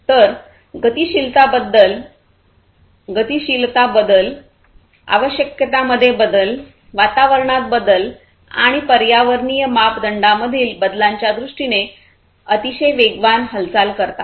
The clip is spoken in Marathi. तर गतिशीलता बदल आवश्यकतांमध्ये बदल वातावरणात बदल आणि पर्यावरणीय मापदंडांमधील बदलांच्या दृष्टीने अतिशय वेगवान हालचाल करतात